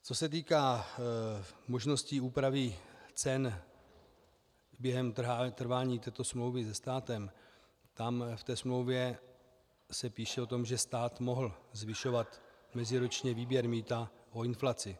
Co se týká možností úpravy cen během trvání této smlouvy se státem, ve smlouvě se píše o tom, že stát mohl zvyšovat meziročně výběr mýta o inflaci.